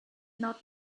not